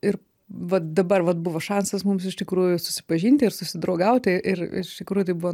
ir va dabar vat buvo šansas mums iš tikrųjų susipažinti ir susidraugauti ir iš tikrųjų tai buvo